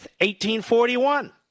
1841